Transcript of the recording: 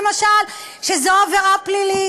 שזו עבירה פלילית,